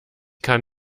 kann